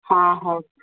ହଁ ହଉ